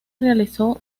realizó